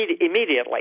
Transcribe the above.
immediately